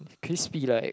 crispy ripe